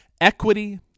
equity